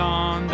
on